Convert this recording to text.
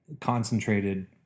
concentrated